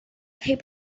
hip